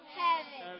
heaven